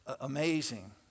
amazing